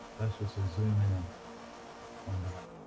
that's just a zoom in on that